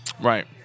Right